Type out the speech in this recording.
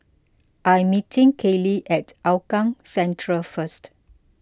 I'm meeting Kellee at Hougang Central first